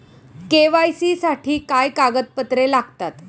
KYC साठी काय कागदपत्रे लागतात?